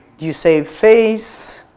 do you save face?